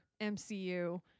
MCU